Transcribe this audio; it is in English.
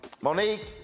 Monique